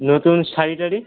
নতুন শাড়ি টাড়ি